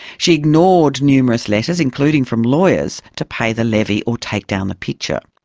she ignored numerous letters, including from lawyers, to pay the levy or take down the picture.